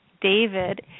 David